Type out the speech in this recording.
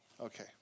Okay